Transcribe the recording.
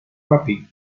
papi